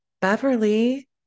Beverly